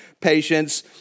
patience